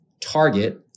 target